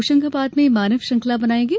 होशंगाबाद में मानव श्रृंखला बनाई गई